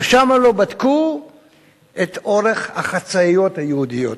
ושם לא בדקו את אורך החצאיות היהודיות,